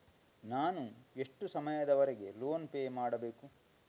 ನಾನು ಎಷ್ಟು ಸಮಯದವರೆಗೆ ಲೋನ್ ಪೇ ಮಾಡಬೇಕು?